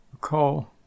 call